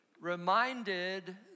reminded